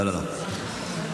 לא, לא, לא.